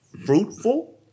Fruitful